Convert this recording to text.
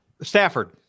Stafford